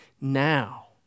Now